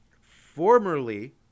formerly